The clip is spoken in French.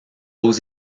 aux